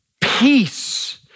peace